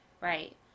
right